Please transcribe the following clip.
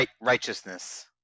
Righteousness